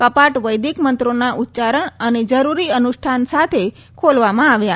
કપાટ વૈદિક મંત્રોના ઉચ્યારણ અને જરૂરી અનુષ્ઠાન સાથે ખોલવામાં આવ્યા